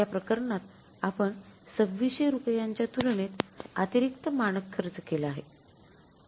या प्रकरणात आपण २६०० रुपयांच्या तुलनेत अतिरिक्त मानक खर्च केला आहे